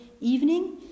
evening